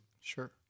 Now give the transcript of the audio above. Sure